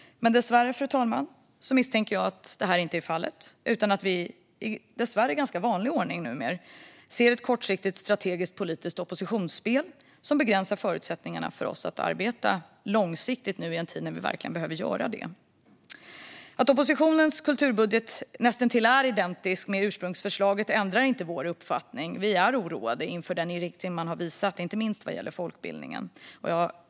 Dessvärre, fru talman, misstänker jag att det inte är fallet. Vi ser i numera dessvärre ganska vanlig ordning ett kortsiktigt strategiskt politiskt oppositionsspel som begränsar förutsättningarna för oss att arbeta långsiktigt nu i en tid när vi verkligen behöver göra det. Att oppositionens kulturbudget näst intill är identisk med ursprungsförslaget ändrar inte vår uppfattning. Vi är oroade inför den inriktning man har visat, inte minst vad gäller folkbildningen.